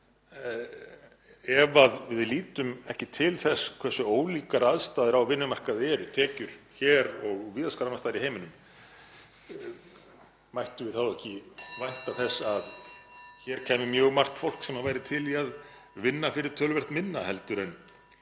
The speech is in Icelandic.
Ef við lítum ekki til þess hversu ólíkar aðstæður á vinnumarkaði eru, tekjur hér og víða annars staðar í heiminum, mættum við þá ekki (Forseti hringir.) vænta þess að hér kæmi mjög margt fólk sem væri til í að vinna fyrir töluvert minna heldur en